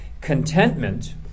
contentment